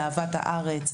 לאהבת הארץ,